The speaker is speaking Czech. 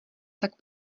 tak